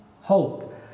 hope